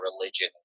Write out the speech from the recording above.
religion